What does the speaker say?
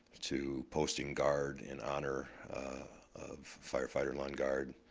to posting guard in honor of firefighter lundgaard.